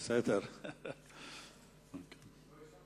ועדת הכנסת בדבר השלמת הרכב ועדות הכנסת